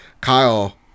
Kyle